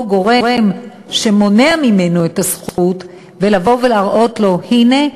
גורם שמונע ממנו את הזכות ולהראות לו: הנה,